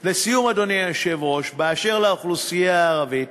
לסיום, אדוני היושב-ראש, באשר לאוכלוסייה הערבית